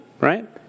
right